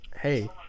Hey